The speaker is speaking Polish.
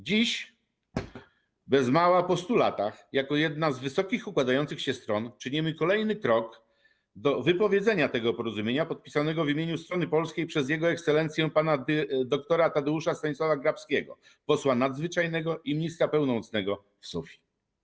Dziś, bez mała po 100 latach, jako jedna z Wysokich Układających się Stron czynimy kolejny krok do wypowiedzenia tego porozumienia podpisanego w imieniu strony polskiej przez Jego Ekscelencję pana dra Tadeusza Stanisława Grabowskiego, posła nadzwyczajnego i ministra pełnomocnego w Sofii.